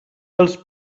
als